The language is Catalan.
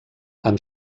amb